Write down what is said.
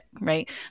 right